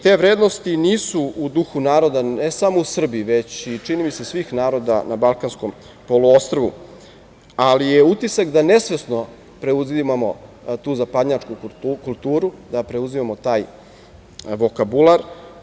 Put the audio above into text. Te vrednosti nisu u duhu naroda, ne samo u Srbiji, već i čini mi se svih naroda na Balkanskom poluostrvu, ali je utisak da nesvesno preuzimamo tu zapadnjačku kulturu, da preuzimamo taj vokabular.